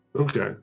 okay